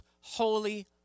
holy